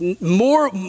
more